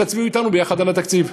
תצביעו אתנו יחד על התקציב.